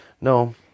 No